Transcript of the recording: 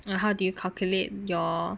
how do you calculate your